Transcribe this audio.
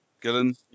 Gillen